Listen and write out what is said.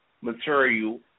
material